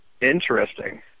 Interesting